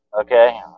okay